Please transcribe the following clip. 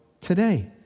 today